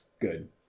Good